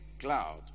cloud